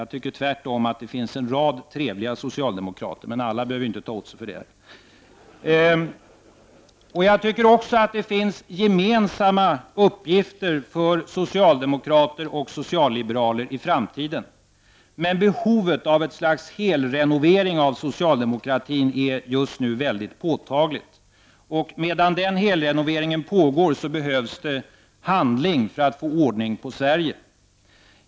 Jag tycker tvärtom att det finns en rad trevliga socialdemokrater — alla behöver inte ta åt sig för det. Jag tror att det finns gemensamma uppgifter för socialdemokrater och socialliberaler i framtiden. Behovet av ett slags helrenovering av socialdemokratin är dock just nu mycket påtagligt. Medan den helrenoveringen pågår behövs det handling för att få ordning på Sverige.